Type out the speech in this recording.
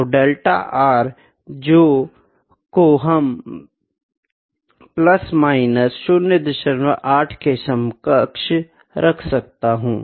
तो delta r को मैं प्लस माइनस 08 के समकक्ष रख सकता हूँ